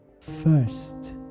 first